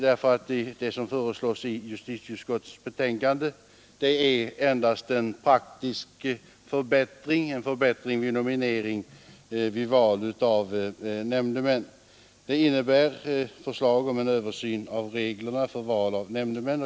Det som föreslås i justitieutskottets betänkande är endast en praktisk förbättring, en förbättring av nomineringen vid val av nämndemän. Det innebär ett förslag om en översyn av reglerna rörande val av nämndemän.